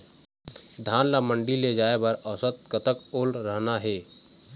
धान ला मंडी ले जाय बर औसत कतक ओल रहना हे?